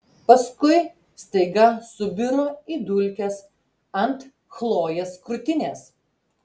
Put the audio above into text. paskui staiga subiro į dulkes ant chlojės krūtinės